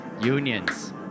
Unions